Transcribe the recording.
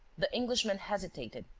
the englishman hesitated,